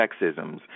sexisms